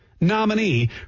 nominee